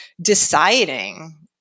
deciding